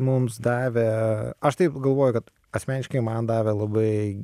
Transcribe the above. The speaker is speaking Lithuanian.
mums davė aš taip galvoju kad asmeniškai man davė labai